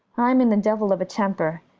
i'm in the devil of a temper,